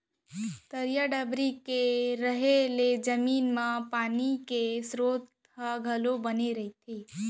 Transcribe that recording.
तरिया डबरी के रहें ले जमीन म पानी के सरोत ह घलोक बने रहिथे